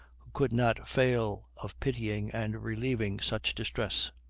who could not fail of pitying and relieving such distress.